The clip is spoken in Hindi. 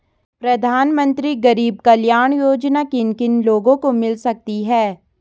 प्रधानमंत्री गरीब कल्याण योजना किन किन लोगों को मिल सकती है?